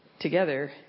together